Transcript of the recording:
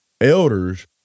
elders